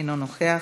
אינו נוכח,